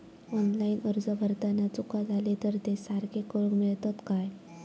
Online अर्ज भरताना चुका जाले तर ते सारके करुक मेळतत काय?